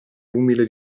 umile